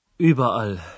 Überall